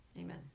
amen